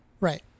Right